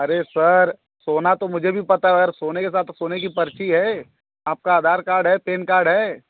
अरे सर सोना तो मुझे भी पता है सर सोने के साथ तो सोने की पर्ची है आपका आधार कार्ड है पैन कार्ड है